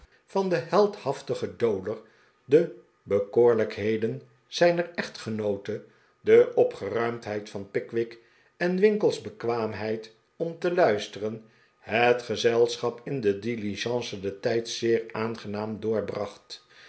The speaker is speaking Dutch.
van den heldhaftigen dowler de bekoorlijkheden zijner echtgenoote de opgeruimdheid van pickwick en winkle's bekwaamheid'om te luisteren het gezelschap in de diligence den tijd zeer aangenaam doorbracht